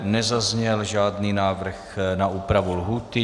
Nezazněl žádný návrh na úpravu lhůty.